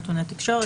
נתוני תקשורת),